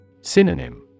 Synonym